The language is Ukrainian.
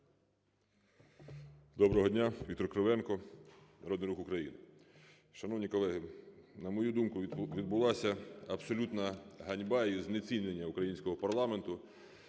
Доброго дня! Віктор Кривенко, "Народний рух України". Шановні колеги, на мою думку, відбулася абсолютна ганьба і знецінення українського парламенту,